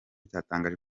cyatangaje